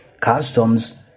customs